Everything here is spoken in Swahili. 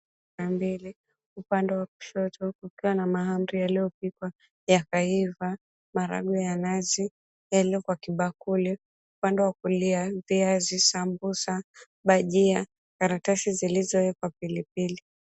...wa mbele, upande wa kushoto kukiwa na mahamri yaliyopikwa yakaiva, maharagwe ya nazi yaliyo kwa kibakuli. Upande wa kulia viazi, sambusa ,bajia, karatasi zilizowekwa pilipili.